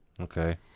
Okay